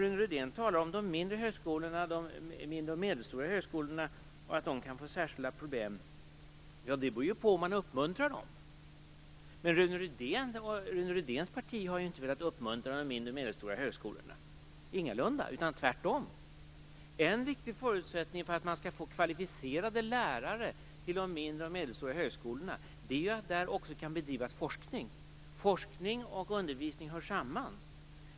Rune Rydén talar om de mindre och medelstora högskolorna och att de kan få särskilda problem. Ja, men det beror ju på om man uppmuntrar dem. Rune Rydén och hans parti har inte velat uppmuntra de mindre och medelstora högskolorna - ingalunda. Snarare har det varit tvärtom. En viktig förutsättning för att man skall få kvalificerade lärare till de mindre och medelstora högskolorna är att det där också kan bedrivas forskning. Forskning och undervisning hör samman.